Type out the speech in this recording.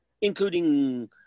including